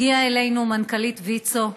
הגיעה אלינו מנכ"לית ויצ"ו,